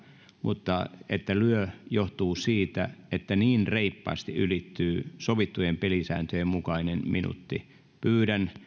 mutta se että lyö johtuu siitä että niin reippaasti ylittyy sovittujen pelisääntöjen mukainen minuutti pyydän